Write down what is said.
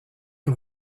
que